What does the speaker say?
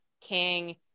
King